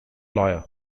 lawyer